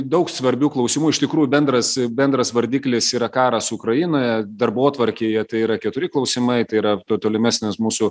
daug svarbių klausimų iš tikrųjų bendras bendras vardiklis yra karas ukrainoje darbotvarkėje tai yra keturi klausimai tai yra to tolimesnės mūsų